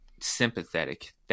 sympathetic